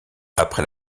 après